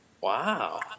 Wow